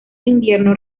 invierno